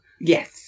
Yes